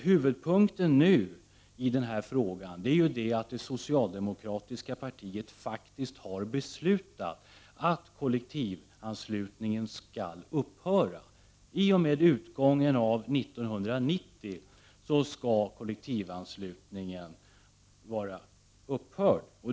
Huvudpunkten nu är att det socialdemokratiska partiet faktiskt har beslutat att kollektivanslutningen skall upphöra i och med utgången av 1990.